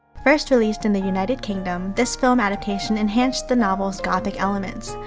first released in the united kingdom, this film adaptation enhanced the novel's gothic elements,